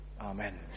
Amen